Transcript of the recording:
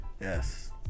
Yes